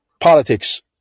politics